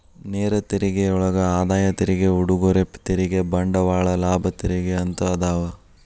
ನೇರ ತೆರಿಗೆಯೊಳಗ ಆದಾಯ ತೆರಿಗೆ ಉಡುಗೊರೆ ತೆರಿಗೆ ಬಂಡವಾಳ ಲಾಭ ತೆರಿಗೆ ಅಂತ ಅದಾವ